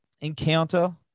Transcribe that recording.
encounter